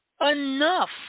enough